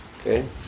Okay